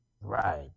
Right